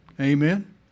Amen